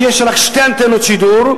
שיש בה רק שתי אנטנות שידור,